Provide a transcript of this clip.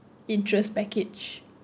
interest package